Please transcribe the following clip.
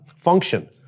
function